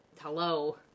hello